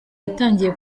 yatangiye